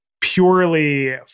purely